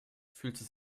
fühlte